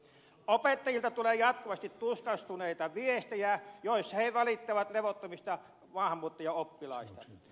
opettajilta tulee jatkuvasti tuskastuneita viestejä joissa he valittavat levottomista maahanmuuttajaoppilaista